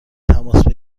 تماس